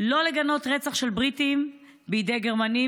לא לגנות רצח של בריטים בידי גרמנים,